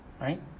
Right